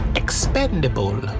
expendable